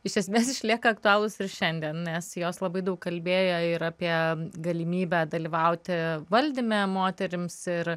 iš esmės išlieka aktualūs ir šiandien nes jos labai daug kalbėjo ir apie galimybę dalyvauti valdyme moterims ir